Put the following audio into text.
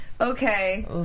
Okay